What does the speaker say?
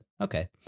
okay